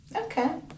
Okay